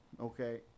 Okay